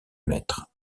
mètres